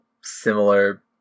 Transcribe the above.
similar